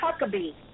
Huckabee